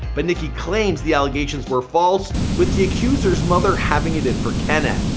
but nicki claims the allegations were false with the accuser's mother having it in for kenneth.